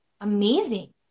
amazing